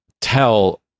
tell